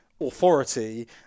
authority